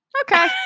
okay